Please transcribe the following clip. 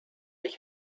ich